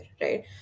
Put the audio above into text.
right